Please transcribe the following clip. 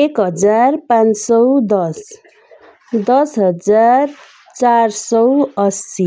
एक हजार पाँच सय दस दस हजार चार सय असी